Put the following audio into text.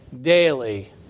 daily